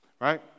right